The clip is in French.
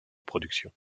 productions